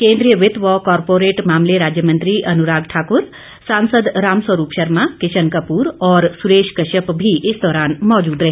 केंद्रीय वित्त व कारपोरेट मामले राज्य मंत्री अनुराग ठाक्र सांसद रामस्वरूप शर्मा किशन कपूर और सुरेश कश्यप भी इस दौरान मौजूद रहे